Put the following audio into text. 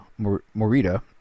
Morita